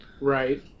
Right